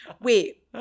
wait